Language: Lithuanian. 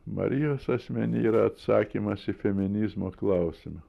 marijos asmeny yra atsakymas į feminizmo klausimą